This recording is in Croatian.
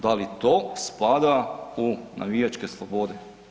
Da li to spada u navijačke slobode?